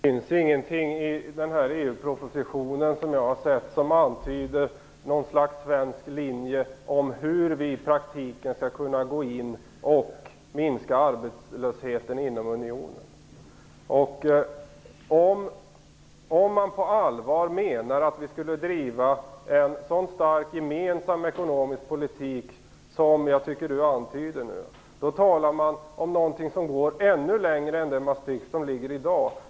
Herr talman! Det finns, såvitt jag kunnat se, inte någonting i EU-propositionen som antyder ett slags svensk linje i fråga om hur vi i praktiken skall kunna gå in och minska arbetslösheten inom unionen. Om man på allvar menar att vi skall driva en så stark gemensam ekonomisk politik som Charlotte Cederschiöld verkar antyda, talar man om något som går ännu längre än det Maastrichtavtal som i dag föreligger.